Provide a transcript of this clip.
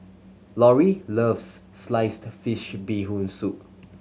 Lorri loves sliced fish Bee Hoon Soup